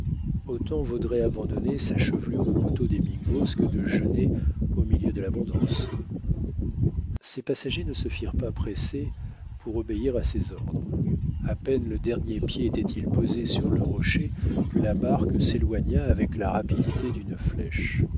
autant vaudrait abandonner sa chevelure au couteau des mingos que de jeûner au milieu de l'abondance ses passagers ne se firent pas presser pour obéir à ses ordres à peine le dernier pied était-il posé sur le rocher que la barque s'éloigna avec la rapidité d'une flèche